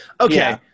Okay